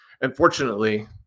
unfortunately